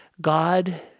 God